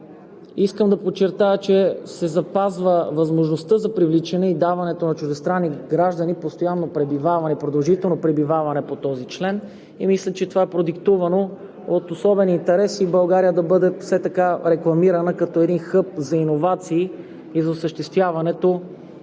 Искам да подчертая, че се запазва възможността за привличане и даване на чуждестранни граждани на постоянно пребиваване, продължително пребиваване по този член. Мисля, че това е продиктувано от особен интерес и България да бъде все така рекламирана като един хъб за иновации, за осъществяване